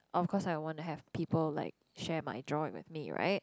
of course I want to have people like share my joy with me right